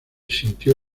sintió